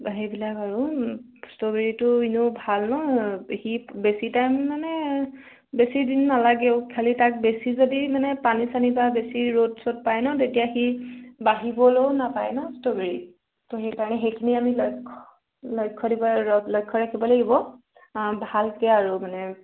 সেইবিলাক আৰু ষ্ট্ৰবেৰীটো এনেও ভাল ন' সি বেছি টাইম মানে বেছি দিন নালাগেও খালি তাক বেছি যদি মানে পানী চানী বা বেছি ৰ'দ চ'দ পায় ন' তেতিয়া সি বাঢ়িবলৈও নাপায় ন' ষ্ট্ৰবেৰী তো সেইকাৰণে সেইখিনি আমি লক্ষ্য লক্ষ্য দিব ল লক্ষ্য ৰাখিব লাগিব ভালকৈ আৰু মানে